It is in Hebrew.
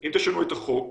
אם תשנו את החוק,